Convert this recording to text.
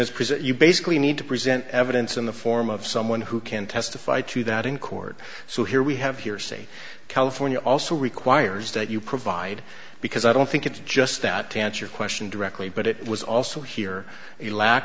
is present you basically need to present evidence in the form of someone who can testify to that in court so here we have hearsay cal also requires that you provide because i don't think it's just that to answer your question directly but it was also here the lack